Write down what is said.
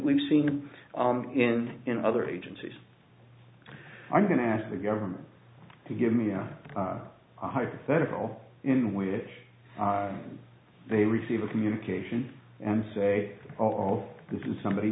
we've seen in other agencies i'm going to ask the government to give me a hypothetical in which they receive a communication and say oh this is somebody